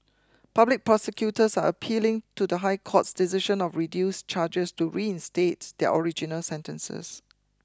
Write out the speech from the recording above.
public prosecutors are appealing to the High Court's decision of reduced charges to reinstate their original sentences